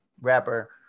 rapper